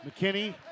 McKinney